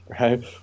right